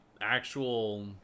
actual